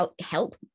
help